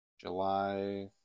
july